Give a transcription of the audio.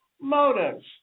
motives